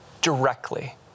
directly